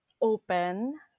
open